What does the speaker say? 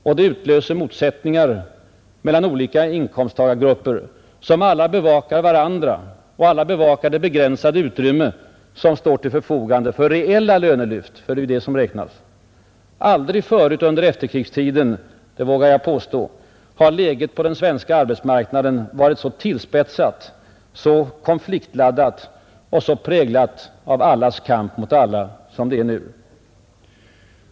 Och det utlöser motsättningar mellan olika inkomsttagargrupper, som alla bevakar varandra och det begränsade utrymme som står till förfogande för reella lönelyft — det är ju det som räknas. Aldrig förut under efterkrigstiden — det vågar jag påstå — har läget på den svenska arbetsmarknaden varit så tillspetsat, så konfliktladdat och så präglat av allas kamp mot alla som det är nu.